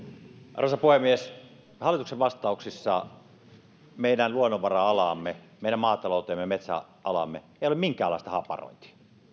arvoisa puhemies hallituksen vastauksissa meidän luonnonvara alaamme meidän maatalouteemme metsäalaamme ei ole minkäänlaista haparointia